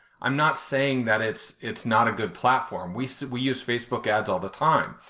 i'm not saying that it's it's not a good platform we so we use facebook ads all the time.